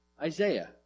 Isaiah